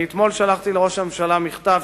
אני שלחתי אתמול לראש הממשלה מכתב,